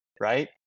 Right